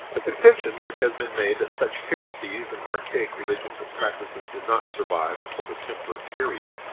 the contention which has been made, that such heresies and archaic religions and practices do not survive until the templar period,